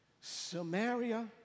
Samaria